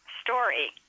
Story